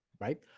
Right